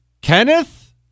Kenneth